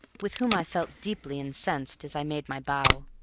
with whom i felt deeply incensed as i made my bow.